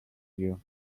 you